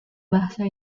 bahasa